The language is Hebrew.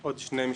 עוד שני משפטים.